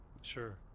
Sure